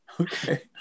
Okay